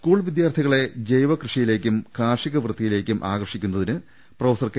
school വിദ്യാർത്ഥികളെ ജൈവ കൃഷിയിലേക്കും കാർഷിക വൃത്തിയിലേക്കും ആകർഷിക്കുന്നതിന് പ്രൊഫസർ കെ